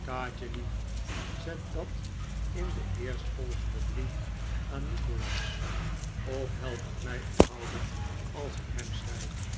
kaatjelief zet dat in den eerstvolgenden brief aan nikolaas of help het mij onthouden als ik hem schrijf